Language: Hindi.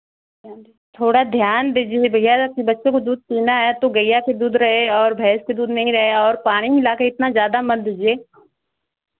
थोड़ा ध्यान दीजिए ये भैया कि बच्चों को दूध पीना है तो गैया के दूध रहे और भैंस के दूध नहीं रहे और पानी मिला के इतना ज़्यादा मत दीजिए